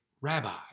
Rabbi